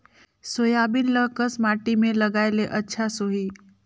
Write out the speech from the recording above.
Soybean ल कस माटी मे लगाय ले अच्छा सोही?